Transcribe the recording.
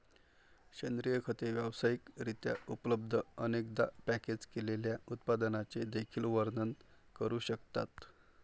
सेंद्रिय खते व्यावसायिक रित्या उपलब्ध, अनेकदा पॅकेज केलेल्या उत्पादनांचे देखील वर्णन करू शकतात